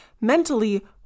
mentally